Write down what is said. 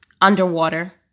underwater